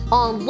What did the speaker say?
on